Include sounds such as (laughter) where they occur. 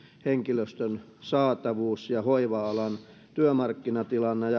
henkilöstön saatavuus hoiva alan työmarkkinatilanne ja (unintelligible)